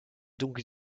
donc